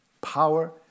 power